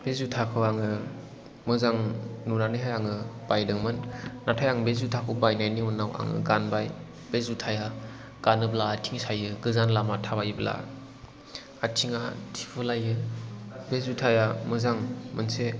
बे जुथाखौ आङो मोजां नुनानैहाय आङो बायदोंमोन नाथाय आं बे जुथाखौ बायनायनि उनाव आङो गानबाय बे जुथाया गानोब्ला आथिं सायो गोजान लामा थाबायोब्ला आथिङा थिफुदलायो बे जुथाया मोजां मोनसे